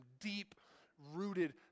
deep-rooted